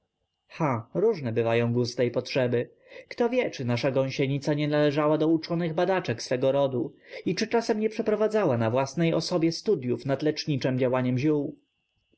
ha różne bywają gusta i potrzeby kto wie czy nasza gąsienica nie należała do uczonych badaczek swego rodu i czy czasem nie przeprowadzała na własnej osobie studyów nad leczniczem działaniem ziół